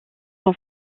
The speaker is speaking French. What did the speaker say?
sont